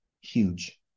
huge